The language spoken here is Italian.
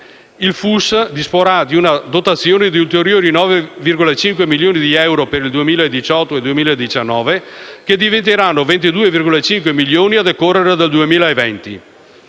Il FUS disporrà di una dotazione di ulteriori 9,5 milioni di euro per il 2018 e il 2019, che diventeranno 22,5 milioni a decorrere dal 2020.